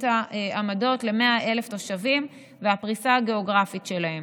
העמדות ל-100,000 תושבים והפריסה הגיאוגרפית שלהם.